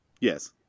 Yes